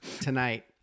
tonight